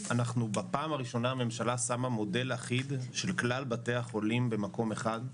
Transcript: אנחנו בפעם הראשונה שהממשלה שמה מודל אחיד של כלל בתי החולים במקום אחד,